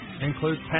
includes